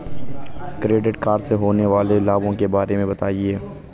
Credit card से होने वाले लाभों के बारे में बताएं?